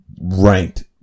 ranked